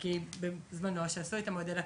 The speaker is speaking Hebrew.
כי בזמנו, כשעשו את המודל הכלכלי,